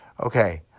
Okay